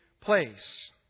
place